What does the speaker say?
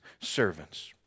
servants